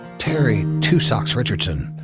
terry two socks richardson,